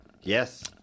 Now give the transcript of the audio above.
Yes